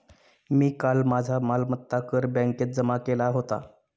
मी काल माझा मालमत्ता कर बँकेत जमा केला होता